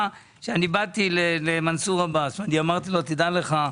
כשבאתי למנסור עבאס ואמרתי לו: דע לך,